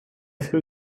früh